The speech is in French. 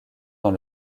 dans